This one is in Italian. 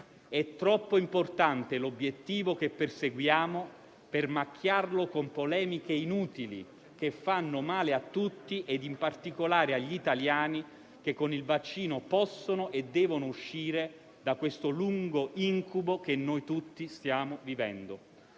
È troppo importante l'obiettivo che perseguiamo per macchiarlo con polemiche inutili che fanno male a tutti e, in particolare, agli italiani che, con il vaccino, possono e devono uscire da questo lungo incubo che noi tutti stiamo vivendo.